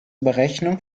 berechnung